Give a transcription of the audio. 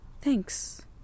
thanks